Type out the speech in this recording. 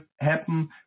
happen